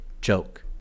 joke